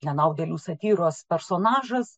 nenaudėlių satyros personažas